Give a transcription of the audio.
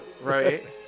Right